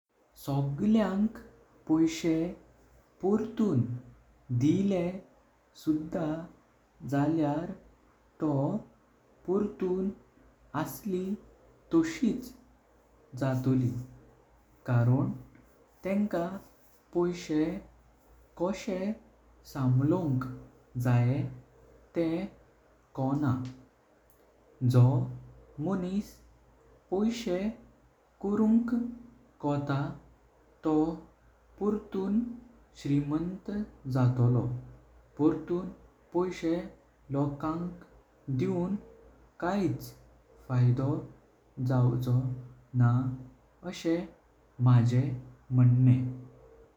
सगळ्यांक पैशें पोरतूं दिल्ले सुधा जाल्यार तो पोरतूं असलें तोशिच जातोळी कारण तेंका पैशें कशें सांभळूं जायें तेह कोन्ना। जो माणूस पैशें करुंक कोटा तो पर्तूं श्रीमंत जातोलो पर्तूं पैशें लोकांक दीऊं कयक फायदो जावचो ना आशे माझे मन्ने।